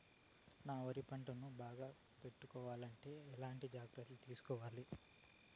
నా వరి పంటను బాగా పెట్టుకోవాలంటే ఎట్లాంటి జాగ్రత్త లు తీసుకోవాలి?